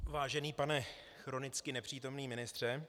Vážený pane chronicky nepřítomný ministře.